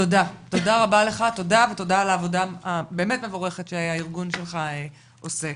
תודה על העבודה המאוד מבורכת שהארגון שלך עושה.